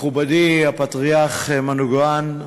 מכובדי הפטריארך מנוגיאן,